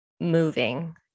moving